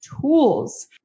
tools